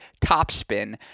topspin